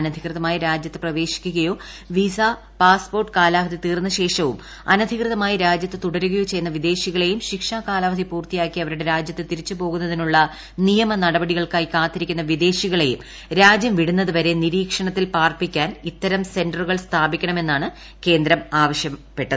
അനധികൃതമായി രാജൃത്ത് പ്രവേശിക്കുകയോ വിസ പാസ്പോർട്ട് കാലാവധി തീർന്ന ശേഷവും അനധികൃതമായി രാജ്യത്ത് തുടരുകയോ ചെയ്യുന്ന വിദേശികളെയും ശിക്ഷാ കാലാവധി പൂർത്തിയാക്കി അവരുടെ രാജ്യത്ത് തിരിച്ചുപോകുന്നതിനുള്ള നിയമനടപടികൾക്കായി കാത്തിരിക്കുന്ന വിദേശികളെയും രാജ്യം വിടുന്നതുവരെ നിരീക്ഷണത്തിൽ പാർപ്പിക്കാൻ ഇത്തരം സെന്റർ സ്ഥാപിക്കണമെന്നാണ് കേന്ദ്രം ആവശ്യപ്പെട്ടത്